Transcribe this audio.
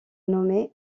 nommée